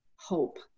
Hope